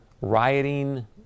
rioting